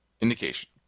indication